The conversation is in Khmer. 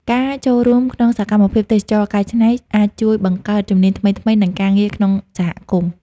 ការចូលរួមក្នុងសកម្មភាពទេសចរណ៍កែច្នៃ អាចជួយបង្កើតជំនាញថ្មីៗ និងការងារក្នុងសហគមន៍។